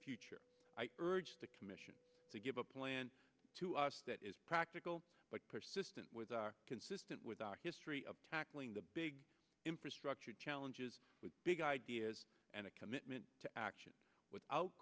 future i urge the commission to give a plan to us that is practical but persistent with our consistent with our history of tackling the big infrastructure challenges with big ideas and a commitment to action without